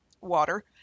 water